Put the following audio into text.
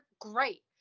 great